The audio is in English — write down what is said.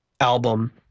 album